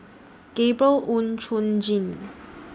Gabriel Oon Chong Jin